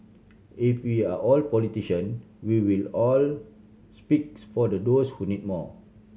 if we are all politician we will all speaks for the those who need more